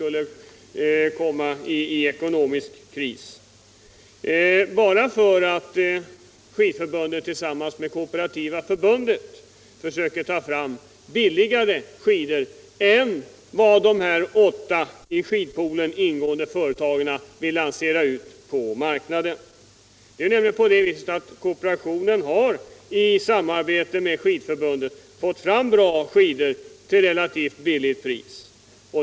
Anledningen till detta är att Skidförbundet tillsammans med Kooperativa förbundet försöker ta fram billigare skidor än vad dessa åtta företag vill lansera på marknaden. Kooperationen har i samarbete med Skidförbundet fått fram bra skidor till relativt billigt pris.